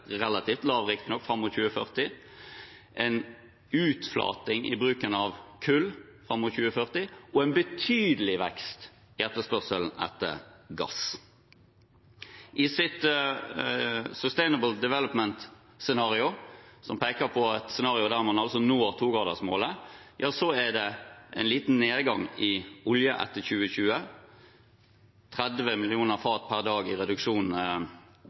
lav riktignok, fram mot 2040, en utflating i bruken av kull fram mot 2040 og en betydelig vekst i etterspørselen etter gass. I Sustainable Development Scenarios, som peker på et scenario der man når 2-gradersmålet, er det en liten nedgang i behovet for olje etter 2020, 30 millioner fat per dag i reduksjon